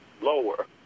lower